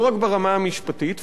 לא רק ברמה המשפטית,